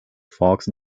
fox